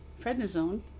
prednisone